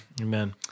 Amen